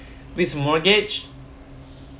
with mortgage